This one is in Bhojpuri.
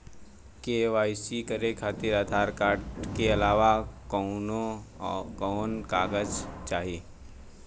के.वाइ.सी करे खातिर आधार कार्ड के अलावा आउरकवन कवन कागज चाहीं?